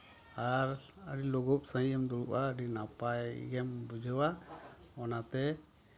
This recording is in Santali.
ᱟᱨ ᱟᱹᱰᱤ ᱞᱩᱜᱩᱵ ᱥᱟᱸᱦᱤᱡ ᱮᱢ ᱫᱩᱲᱩᱵᱼᱟ ᱟᱹᱰᱤ ᱱᱟᱯᱟᱭ ᱜᱮᱢ ᱵᱩᱡᱷᱟᱹᱣᱟ ᱚᱱᱟᱛᱮ